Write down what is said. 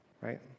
right